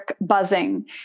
buzzing